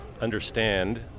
understand